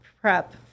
prep